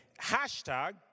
Hashtag